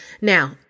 Now